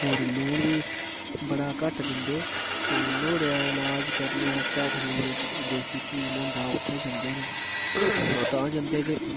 होर लून बी बड़ा घट्ट दिंदे ते नुहाड़े इलाज करने आस्तै अखनूर इक कोई देसी क्हीम होंदा उ'त्थें जन्दे न ओह् तां जन्दे कि